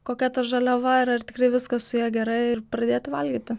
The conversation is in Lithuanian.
kokia ta žaliava ir ar tikrai viskas su ja gerai ir pradėt valgyti